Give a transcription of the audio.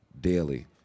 daily